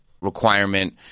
requirement